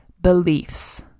beliefs